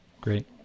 Great